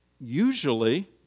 usually